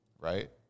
Right